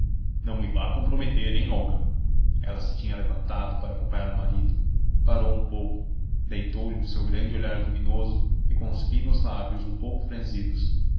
não me vá comprometer hein olga ela se tinha levantado para acompanhar o marido parou um pouco deitou-lhe o seu grande olhar luminoso e com os finos lábios um pouco franzidos